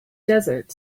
desert